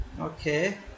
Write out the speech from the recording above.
Okay